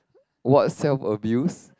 what self abuse